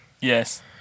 Yes